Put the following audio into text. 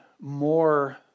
more